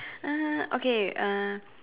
uh okay uh